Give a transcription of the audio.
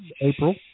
April